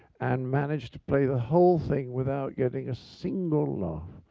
and managed to play the whole thing without getting a single laugh,